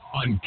on